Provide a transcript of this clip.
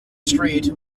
street